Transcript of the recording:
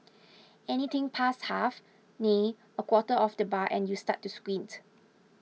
anything past half nay a quarter of the bar and you start to squint